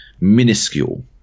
minuscule